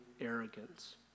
arrogance